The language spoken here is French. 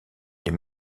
les